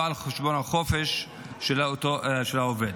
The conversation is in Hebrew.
ולא על חשבון החופש של העובד.